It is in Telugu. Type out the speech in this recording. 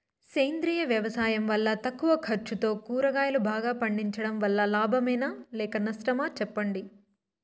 సేంద్రియ వ్యవసాయం వల్ల తక్కువ ఖర్చుతో కూరగాయలు బాగా పండించడం వల్ల లాభమేనా లేక నష్టమా సెప్పండి